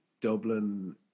Dublin